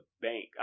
bank